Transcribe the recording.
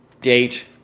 date